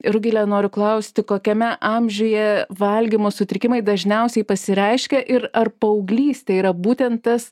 rugile noriu klausti kokiame amžiuje valgymo sutrikimai dažniausiai pasireiškia ir ar paauglystė yra būtent tas